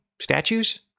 statues